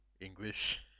English